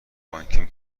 بانکیم